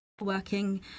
Working